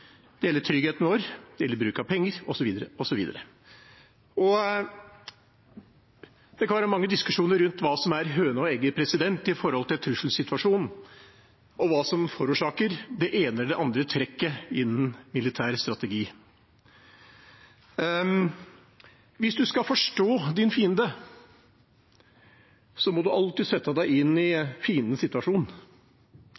Det gjelder tryggheten vår, det gjelder bruk av penger, osv. Det kan være mange diskusjoner rundt hva som er høna og egget når det gjelder trusselsituasjonen, og hva som forårsaker det ene eller det andre trekket innen militær strategi. Hvis man skal forstå sin fiende, må man alltid sette seg inn i